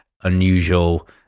unusual